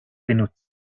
benutzt